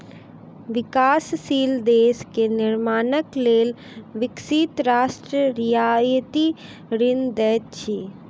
विकासशील देश के निर्माणक लेल विकसित राष्ट्र रियायती ऋण दैत अछि